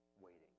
waiting